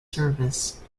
service